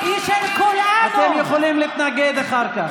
אתם יכולים להתנגד אחר כך.